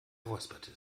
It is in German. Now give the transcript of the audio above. räusperte